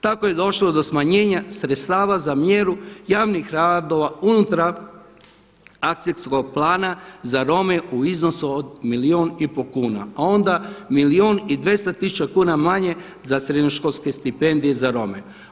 Tako je došlo do smanjenja sredstava za mjeru javnih radova unutar akcijskog plana za Rome u iznosu od 1,5 milijun kuna a onda 1 milijun i 200 tisuća kuna manje za srednjoškolske stipendije za Rome.